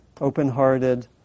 open-hearted